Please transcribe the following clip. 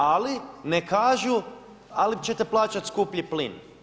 Ali ne kažu ali ćete plaćati skuplji plin.